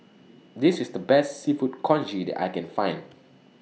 This IS The Best Seafood Congee that I Can Find